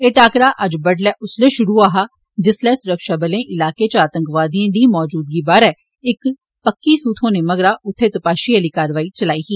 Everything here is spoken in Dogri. एह् टाक्करा अज्ज बड्डलै उसलै शुरु होआ हा जिसलै सुरक्षाबलें इलाके च आतंकवादिए दी मौजूदगी बारै इक पक्की सूह थ्होने मगरा उत्थें तपाशी आह्ली कार्रवाई चलाई दी ही